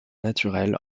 naturel